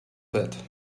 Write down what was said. that